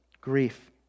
grief